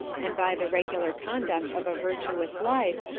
and by the regular conduct of a virtuous life,